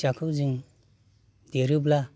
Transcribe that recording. फिसाखौ जों देरोब्ला